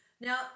now